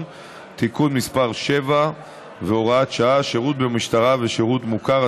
(תיקון מס' 7 והוראת שעה) (שירות במשטרה ושירות מוכר),